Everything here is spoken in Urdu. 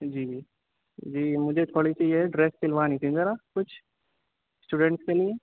جی جی جی مجھے تھوڑی سی یہ ڈریس سلوانی تھی ذرا کچھ اسٹوڈنٹس کے لیے